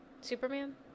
Superman